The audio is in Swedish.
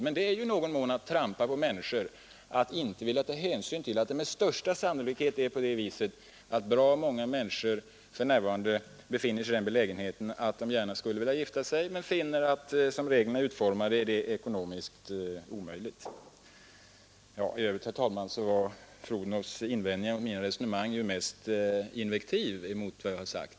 Men är det inte, åtminstone i någon mån, att trampa på människor då man gör gällande att hänsyn inte skall tas till det förhållandet att många människor med största sannolikhet gärna skulle vilja gifta sig men finner att detta för närvarande är ekonomiskt omöjligt som reglerna nu är utformade. I övrigt, herr talman, var fru Odhnoffs invändningar mot mina resonemang mest invektiv mot vad jag har sagt.